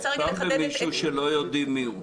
או סתם מישהו לא מפורסם שלא יודעים מי הוא.